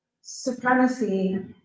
supremacy